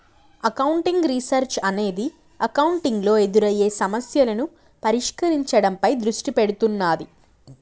accounting research అనేది accounting లో ఎదురయ్యే సమస్యలను పరిష్కరించడంపై దృష్టి పెడుతున్నాది